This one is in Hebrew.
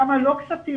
כמה כספים